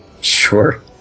Sure